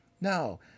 no